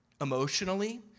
emotionally